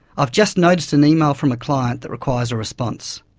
i've just noticed an email from a client that requires a response.